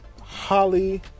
Holly